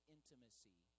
Intimacy